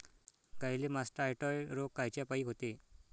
गाईले मासटायटय रोग कायच्यापाई होते?